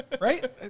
Right